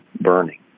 burning